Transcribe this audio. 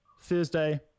Thursday